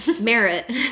merit